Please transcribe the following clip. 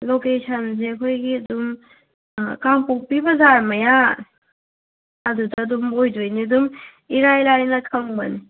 ꯂꯣꯀꯦꯁꯟꯁꯦ ꯑꯩꯈꯣꯏꯒꯤ ꯑꯗꯨꯝ ꯀꯥꯡꯄꯣꯛꯄꯤ ꯕꯥꯖꯥꯔ ꯃꯌꯥ ꯑꯗꯨꯗ ꯑꯗꯨꯝ ꯑꯣꯏꯗꯣꯏꯅꯤ ꯑꯗꯨꯝ ꯏꯂꯥꯏ ꯂꯥꯏꯅ ꯈꯪꯕꯅꯤ